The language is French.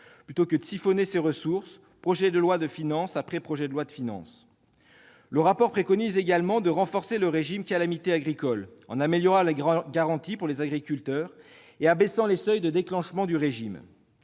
plutôt que de siphonner les ressources de ce fonds, projet de loi de finances après projet de loi de finances ... Le rapport préconise également de renforcer le régime d'indemnisation des calamités agricoles en améliorant les garanties pour les agriculteurs et en abaissant les seuils de déclenchement de